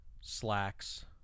slacks